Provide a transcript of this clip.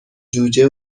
جوجه